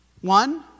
One